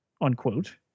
unquote